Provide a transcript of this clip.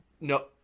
no